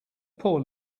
poor